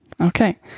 Okay